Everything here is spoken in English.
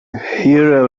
here